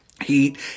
heat